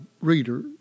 reader